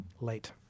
late